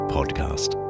Podcast